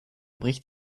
bricht